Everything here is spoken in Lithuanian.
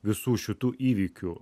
visų šitų įvykių